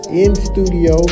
in-studio